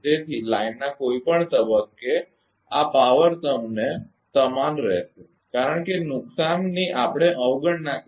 તેથી લાઇનના કોઈપણ તબક્કે આ પાવર તમે સમાન રહેશે કારણ કે નુકસાનલોસની આપણે અવગણના કરી છે